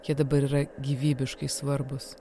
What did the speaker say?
jie dabar yra gyvybiškai svarbūs